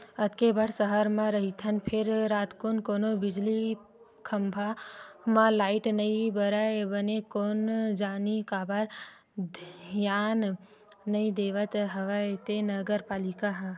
अतेक बड़ सहर म रहिथन फेर रातकुन कोनो बिजली खंभा म लाइट नइ बरय बने कोन जनी काबर धियान नइ देवत हवय ते नगर पालिका ह